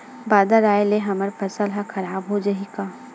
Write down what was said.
बादर आय ले हमर फसल ह खराब हो जाहि का?